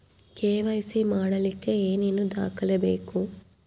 KYC ಮಾಡಲಿಕ್ಕೆ ಏನೇನು ದಾಖಲೆಬೇಕು?